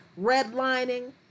redlining